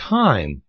time